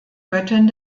göttin